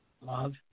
Love